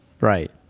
right